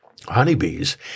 Honeybees